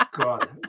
God